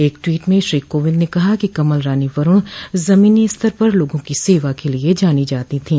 एक टवीट में श्री कोविंद ने कहा कि कमल रानी वरूण जमीनी स्तर पर लोगों को सेवा के लिए जानी जाती थीं